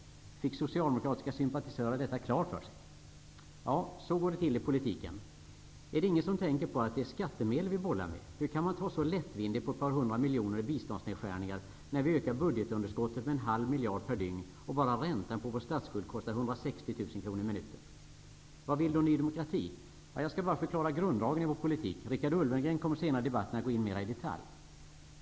Fick socialdemokratiska sympatisörer detta klart för sig? Ja, så går det till i politiken. Är det ingen som tänker på att det är skattemedel vi bollar med? Hur kan man ta så lättvindigt på ett par hundra miljoner i biståndsnedskärningar när vi ökar budgetunderskottet med en halv miljard per dygn och bara räntan på vår statsskuld kostar 160 000 kr i minuten? Nå vad vill då Ny demokrati. Jag skall bara förklara grunddragen i vår politik. Richard Ulfvengren kommer senare i debatten att gå in mera i detalj.